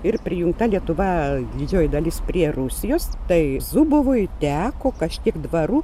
ir prijungta lietuva didžioji dalis prie rusijos tai zubovui teko kažkiek dvarų